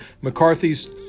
McCarthy's